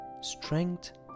strength